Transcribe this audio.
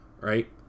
right